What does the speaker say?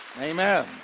Amen